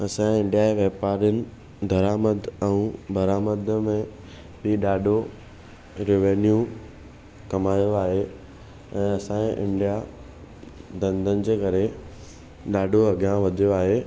असांजे ॾह वापारियुनि दरामद ऐं बरामद में बि ॾाढो रिवैन्यू कमायो आहे ऐं असांजा इंडिया धंधनि जे करे ॾाढो अॻियां वधियो आहे